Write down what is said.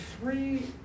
three